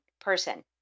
person